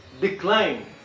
decline